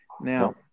Now